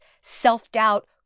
self-doubt